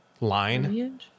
line